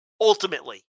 ultimately